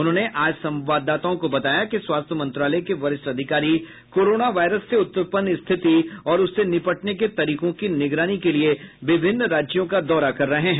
उन्होंने आज संवाददाताओं को बताया कि स्वास्थ्य मंत्रालय के वरिष्ठ अधिकारी कोरोना वायरस से उत्पन्न स्थिति और उससे निपटने के तरीकों की निगरानी के लिए विभिन्न राज्यों का दौरा कर रहे हैं